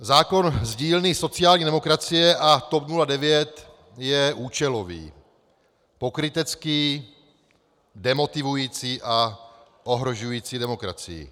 Zákon z dílny sociální demokracie a TOP 09 je účelový, pokrytecký, demotivující a ohrožující demokracii.